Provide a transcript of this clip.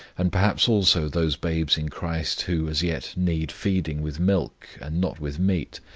and perhaps also those babes in christ who as yet need feeding with milk and not with meat,